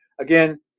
again